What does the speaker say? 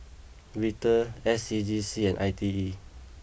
Vital S C G C and I T E